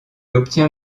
obtient